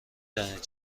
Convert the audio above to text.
دانید